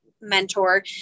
mentor